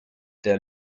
der